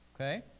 okay